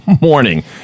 morning